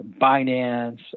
Binance